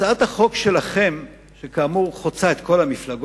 הצעת החוק שלכם, כאמור, היא חוצה את כל המפלגות,